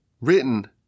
written